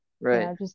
Right